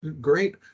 Great